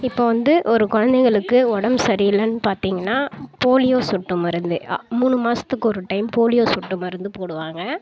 இப்போ வந்து ஒரு குழந்தைங்களுக்கு உடம்பு சரியில்லன்னு பார்த்திங்கான்னா போலியோ சொட்டு மருந்து மூணு மாதத்துக்கு ஒரு டைம் போலியோ சொட்டு மருந்து போடுவாங்க